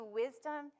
wisdom